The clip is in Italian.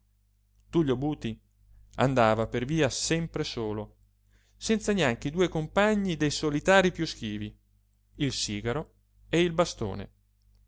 l'umore dell'inquilino tullio buti andava per via sempre solo senza neanche i due compagni dei solitarii piú schivi il sigaro e il bastone